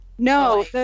No